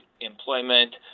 employment